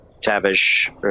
Tavish